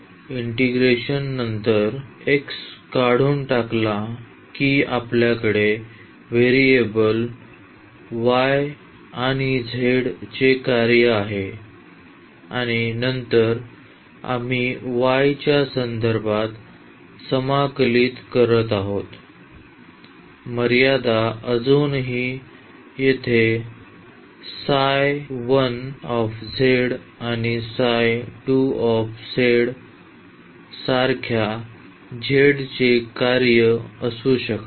या समाकलना नंतर x काढून टाकला की आपल्याकडे व्हेरिएबल y आणि z चे कार्य आहे आणि नंतर आम्ही y च्या संदर्भात समाकलित करत आहोत मर्यादा अजूनही येथे आणि सारख्या z चे कार्य असू शकतात